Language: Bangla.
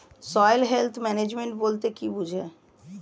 সয়েল হেলথ ম্যানেজমেন্ট বলতে কি বুঝায়?